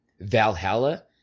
Valhalla